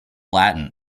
latin